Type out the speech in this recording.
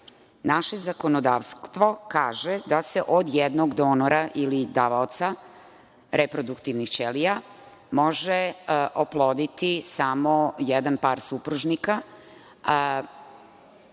naše zakonodavstvo kaže da se od jednog donora ili davaoca reproduktivnih ćelija može oploditi samo jedan par supružnika,